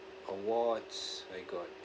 awards I got